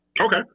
Okay